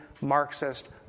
Marxist